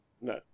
No